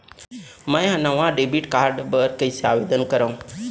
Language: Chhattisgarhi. मै हा नवा डेबिट कार्ड बर कईसे आवेदन करव?